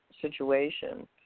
situation